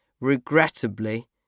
regrettably